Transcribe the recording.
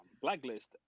Blacklist